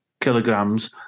kilograms